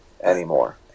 anymore